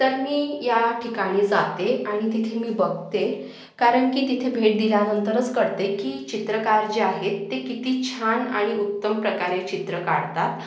तर मी या ठिकाणी जाते आणि तिथे मी बघते कारण की तिथे भेट दिल्यानंतरच कळते की चित्रकार जे आहेत ते किती छान आणि उत्तम प्रकारे चित्र काढतात